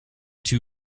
two